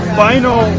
final